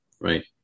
right